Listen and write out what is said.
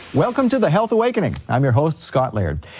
welcome to the health awakening, i'm your host scott laird.